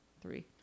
three